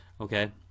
okay